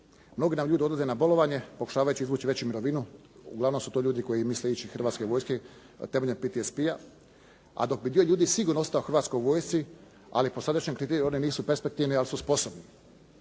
Mnogi nam ljudi odlaze na bolovanje, pokušavajući izvući veću mirovinu. Uglavnom su to ljudi koji misle ići iz Hrvatske vojske temeljem PTSP-a, a dok bi dio ljudi sigurno ostao u Hrvatskoj vojsci, ali po sadašnjem kriteriju one nisu perspektivne, ali su sposobne.